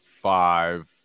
five